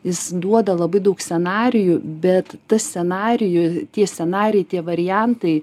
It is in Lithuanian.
jis duoda labai daug scenarijų bet tas scenariju tie scenarijai tie variantai